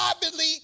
privately